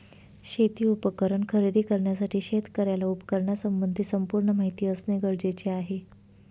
शेती उपकरण खरेदी करण्यासाठी शेतकऱ्याला उपकरणासंबंधी संपूर्ण माहिती असणे गरजेचे आहे